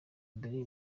mbere